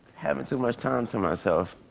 having too much time to myself.